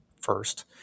first